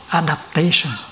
adaptation